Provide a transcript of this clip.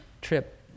trip